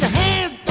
hands